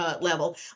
Level